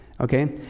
Okay